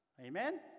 Amen